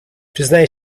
przyznaję